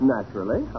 Naturally